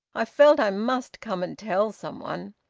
i felt i must come and tell some one.